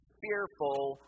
fearful